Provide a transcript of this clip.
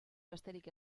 besterik